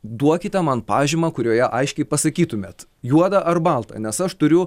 duokite man pažymą kurioje aiškiai pasakytumėt juoda ar balta nes aš turiu